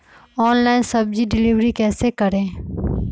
Online सब्जी deliver कैसे करें?